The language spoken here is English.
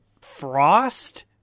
frost